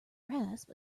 rasp